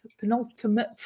penultimate